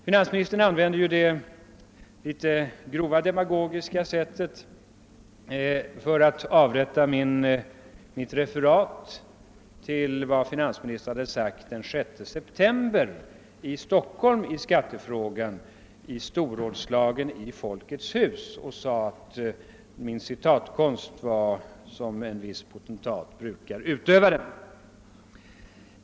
Finansministern ville på ett grovt demagogiskt sätt rätta mitt referat av vad finansministern sade den 6 september i skattefrågan vid storrådslaget i Folkets hus. Han sade att min citeringskonst var sådan som en viss potentat brukar utöva den.